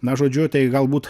na žodžiu tai galbūt